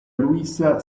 luisa